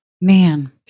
man